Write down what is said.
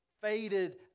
faded